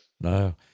No